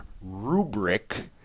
rubric